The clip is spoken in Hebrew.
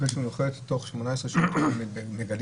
אחרי שהוא נוחת תוך 18 שעות אתם מגלים